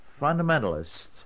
fundamentalists